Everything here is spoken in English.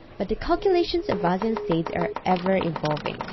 but the calculations of asean states are ever-evolving.